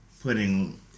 putting